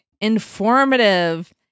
informative